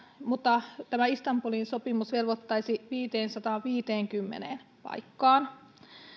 mutta tämä istanbulin sopimus velvoittaisi viiteensataanviiteenkymmeneen paikkaan